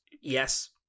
Yes